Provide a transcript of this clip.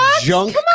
junk